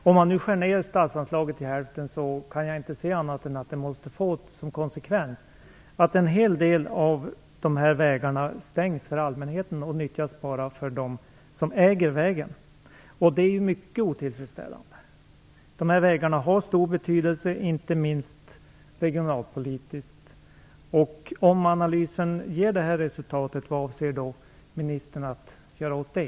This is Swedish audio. Om man skär ned statsanslaget till hälften, kan jag inte se annat än att det måste få som konsekvens att en hel del av de här vägarna stängs för allmänheten och bara kommer att nyttjas av dem som äger vägen. Det är mycket otillfredsställande. De här vägarna har stor betydelse, inte minst regionalpolitiskt. Om analysen ger det här resultatet, vad avser då ministern att göra åt det?